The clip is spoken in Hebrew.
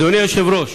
אדוני היושב-ראש,